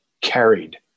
carried